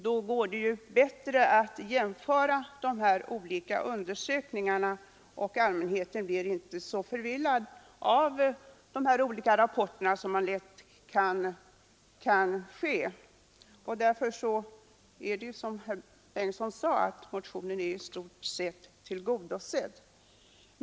Då går det att bättre jämföra de olika undersökningarna, och allmänheten blir inte så förvillad av de olika rapporterna som man nu lätt kan bli. På detta sätt har, som herr Bengtsson sade, motionskravet i stort sett tillgodosetts.